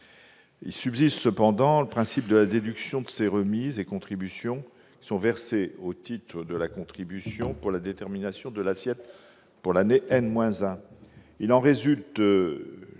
Subsiste cependant le principe de la déduction des remises et contributions versées au titre de la contribution pour la détermination de l'assiette de l'année n-1. Il en résulte